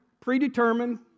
predetermined